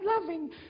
loving